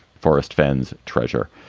forest venz treasure.